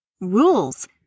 rules